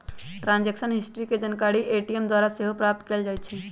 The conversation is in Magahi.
ट्रांजैक्शन हिस्ट्री के जानकारी ए.टी.एम द्वारा सेहो प्राप्त कएल जाइ छइ